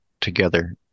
together